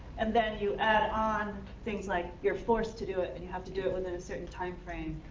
and then you add on things like, you're forced to do it, and you have to do it within a certain timeframe,